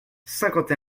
cinquante